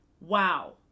wow